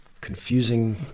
confusing